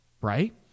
right